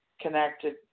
Connected